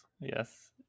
yes